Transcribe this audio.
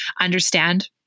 understand